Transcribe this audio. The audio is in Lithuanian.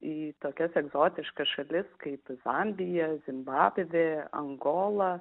į tokias egzotiškas šalis kaip zambija zimbabvė angola